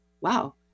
wow